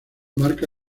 marca